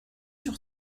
sur